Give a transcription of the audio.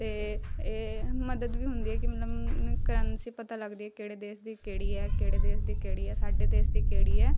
ਅਤੇ ਇਹ ਮਦਦ ਵੀ ਹੁੰਦੀ ਹੈ ਕਿ ਮਤਲਬ ਕਰੰਸੀ ਪਤਾ ਲੱਗਦੀ ਆ ਕਿਹੜੇ ਦੇਸ਼ ਦੀ ਕਿਹੜੀ ਹੈ ਕਿਹੜੇ ਦੇਸ਼ ਦੀ ਕਿਹੜੀ ਐ ਸਾਡੇ ਦੇਸ਼ ਦੀ ਕਿਹੜੀ ਹੈ